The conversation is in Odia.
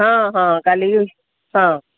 ହଁ ହଁ କାଲିକି ହଁ